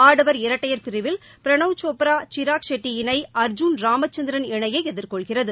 ஆடவர் இரட்டையர் பிரிவல் பிரணாவ் சோப்ரா ஷிராக் செட்டி இணை அர்ஜூன் ராமச்சந்திரன் இணையை எதிர்கொள்கிறது